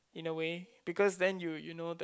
in a way because then you you know that